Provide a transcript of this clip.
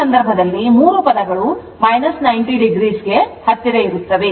ಈ ಸಂದರ್ಭದಲ್ಲಿ 3 ಪದಗಳು 90o ಗೆ ಹತ್ತಿರ ಇರುತ್ತವೆ